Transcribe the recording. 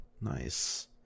nice